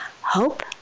hope